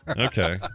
Okay